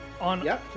On